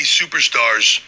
superstars